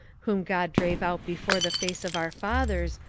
whom god drave out before the face of our fathers,